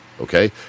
Okay